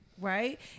right